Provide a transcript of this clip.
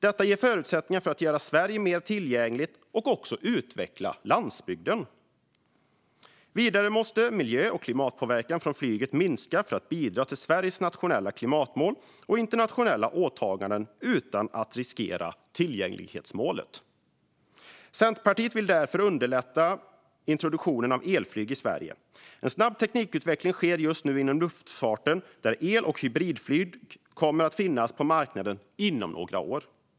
Detta ger förutsättningar för att göra Sverige mer tillgängligt och utveckla landsbygden. Vidare måste miljö och klimatpåverkan från flyget minska för att vi ska kunna bidra till Sveriges nationella klimatmål och internationella åtaganden utan att riskera tillgänglighetsmålet. Centerpartiet vill därför underlätta introduktionen av elflyg i Sverige. En snabb teknikutveckling sker just nu inom luftfarten, och el och hybridflyg kommer att finnas på marknaden inom några år.